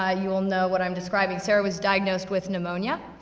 ah you will know what i'm describing. sara was diagnosed with pneumonia,